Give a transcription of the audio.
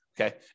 okay